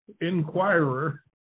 Inquirer